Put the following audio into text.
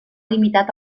limitat